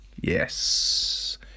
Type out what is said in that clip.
Yes